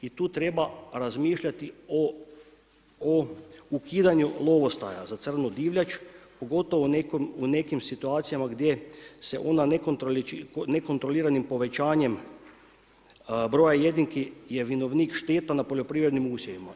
I tu treba razmišljati o ukidanju lovostaja za crnu divljač, pogotovo u nekim situacijama gdje se ona nekontroliranim povećanjem broja jedinki je vinovnik štetan na poljoprivrednim usjevima.